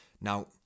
Now